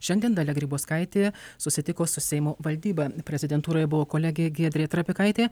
šiandien dalia grybauskaitė susitiko su seimo valdyba prezidentūroje buvo kolegė giedrė trapikaitė